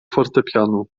fortepianu